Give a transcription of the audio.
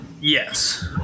Yes